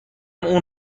اون